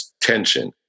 tension